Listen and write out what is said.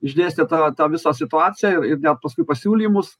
išdėstė tą tą visą situaciją ir ir net paskui pasiūlymus